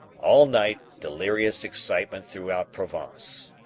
all night delirious excitement throughout provence.